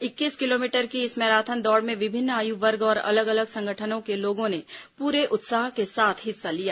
इक्कीस किलोमीटर की इस मैराथन दौड़ में विभिन्न आयु वर्ग और अलग अलग संगठनों के लोगों ने पूरे उत्साह के साथ हिस्सा लिया